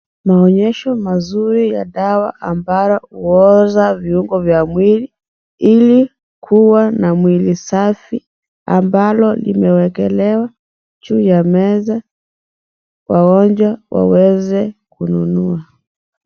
Maonyesho mazuri ya dawa ambazo huosha viungo vya mwili ili kuwa na mwili safi ambalo limewekelewa juu ya meza wagonjwa waweze kununua.